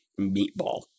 meatball